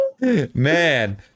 Man